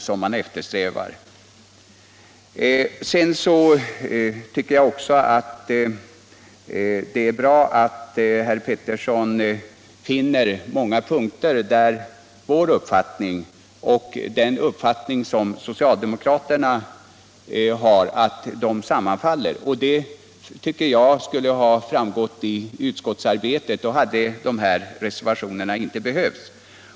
Sedan tycker jag att det är bra att herr Pettersson i Lund finner att vår och socialdemokraternas uppfattning sammanfaller på många punkter. Det borde ha framgått av utskottsarbetet. Då hade de här reservationerna inte behövts.